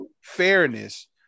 fairness